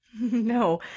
No